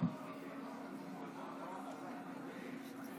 אני שמח על זה הצעת החוק של חברת הכנסת נירה שפק,